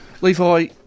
Levi